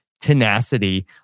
tenacity